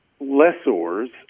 lessors